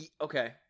Okay